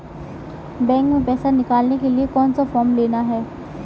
Bank में पैसा निकालने के लिए कौन सा फॉर्म लेना है?